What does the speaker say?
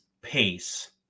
pace